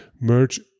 merge